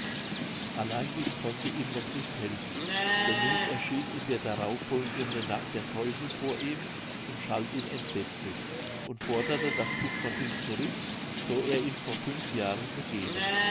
allein dies konnte ihm noch nicht helfen denn nun erschien in der darauf folgenden nacht der teufel vor ihm und schalt ihn entsetzlich und forderte das buch von ihm zurück so er ihm vor fünf jahren gegeben